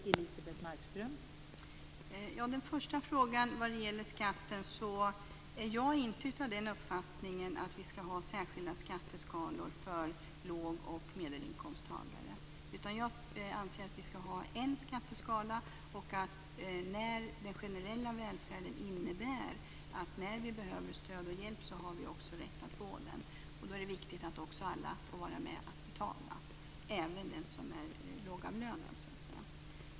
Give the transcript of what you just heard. Fru talman! När det gäller den första frågan om skatten är jag inte av den uppfattningen att vi ska ha särskilda skatteskalor för låg och medelinkomsttagare. Jag anser att vi ska ha en skatteskala. När den generella välfärden inte är tillräcklig och man behöver stöd och hjälp ska man också ha rätt att få det. Då är det också viktigt att alla får vara med och betala, även den som är lågavlönad.